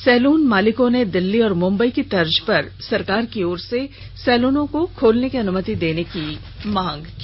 salon मालिकों ने दिल्ली और मुम्बई की तर्ज पर सरकार की ओर से सैलुनों को खोलने की अनुमति देने की मांग की